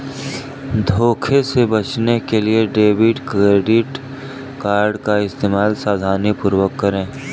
धोखे से बचने के लिए डेबिट क्रेडिट कार्ड का इस्तेमाल सावधानीपूर्वक करें